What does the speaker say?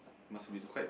must be quite